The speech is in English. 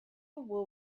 will